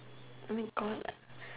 Oh my God